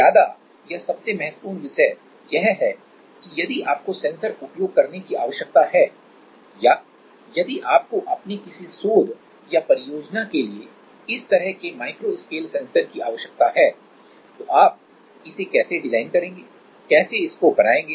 ज्यादा या सबसे महत्वपूर्ण विषय यह है कि यदि आपको सेंसर उपयोग करने की आवश्यकता है या यदि आपको अपने किसी शोध या परियोजना के लिए इस तरह के माइक्रो स्केल सेंसर की आवश्यकता है तो आप इसे कैसे डिजाइन करेंगे कैसे इसको बनाएंगे